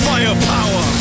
Firepower